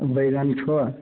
बैगन छो